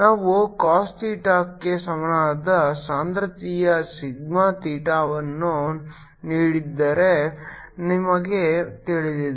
ನಾವು cos ಥೀಟಾಕ್ಕೆ ಸಮಾನವಾದ ಸಾಂದ್ರತೆಯ ಸಿಗ್ಮಾ ಥೀಟಾವನ್ನು ನೀಡಿದ್ದರೆ ನಮಗೆ ತಿಳಿದಿದೆ